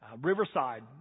Riverside